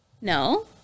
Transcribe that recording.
no